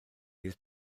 fydd